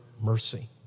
mercy